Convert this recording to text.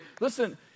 listen